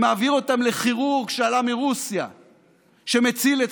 שמעביר אותם לכירורג שעלה מרוסיה שמציל את